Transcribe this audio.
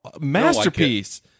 Masterpiece